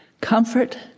Comfort